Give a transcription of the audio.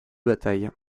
bataille